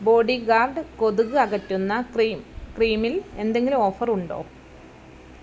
bodyguard കൊതുക് അകറ്റുന്ന cream ക്രീമിൽ എന്തെങ്കിലും ഓഫർ ഉണ്ടോ